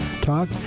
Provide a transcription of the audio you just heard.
Talk